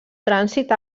trànsit